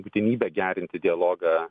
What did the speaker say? būtinybę gerinti dialogą